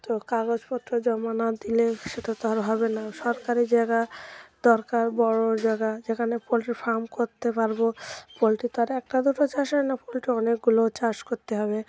তো কাগজপত্র জমা না দিলে সেটা তো আর হবে না সরকারি জায়গা দরকার বড় জায়গা যেখানে পোলট্রির ফার্ম করতে পারব পোলট্রি তো আর একটা দুটো চাষ হয় না পোলট্রি অনেকগুলো চাষ করতে হবে